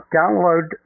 download